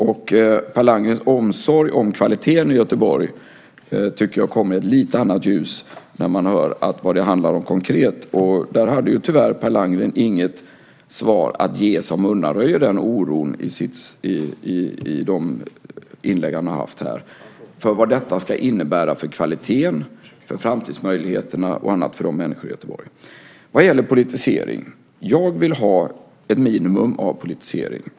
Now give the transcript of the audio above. Per Landgrens omsorg om kvaliteten i Göteborg tycker jag kommer i ett lite annat ljus när man hör vad det handlar om konkret. Och där hade Per Landgren tyvärr inget svar att ge i sina inlägg som undanröjer oron för vad detta ska innebära för kvaliteten, för framtidsmöjligheterna och annat för dessa människor i Göteborg. När det gäller politisering så vill jag ha ett minimum av politisering.